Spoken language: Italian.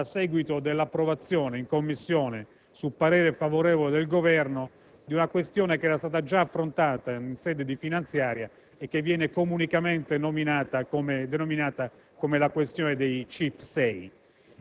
a seguito dell'approvazione in Commissione, su parere favorevole del Governo, di una questione che era stata già affrontata in sede di finanziaria e che viene comunemente denominata CIP6.